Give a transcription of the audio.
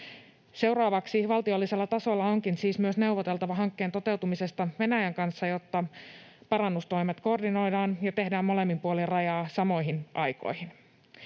Seuraavaksi valtiollisella tasolla onkin neuvoteltava hankkeen toteutumisesta Venäjän kanssa, jotta parannustoimet koordinoidaan ja tehdään molemmin puolin rajaa samoihin aikoihin.